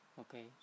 okay